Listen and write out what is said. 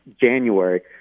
January